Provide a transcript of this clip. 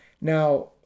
Now